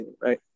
right